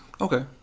Okay